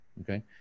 Okay